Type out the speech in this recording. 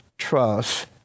trust